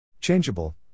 Changeable